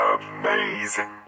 amazing